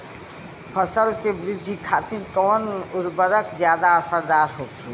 फसल के वृद्धि खातिन कवन उर्वरक ज्यादा असरदार होखि?